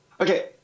okay